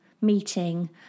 meeting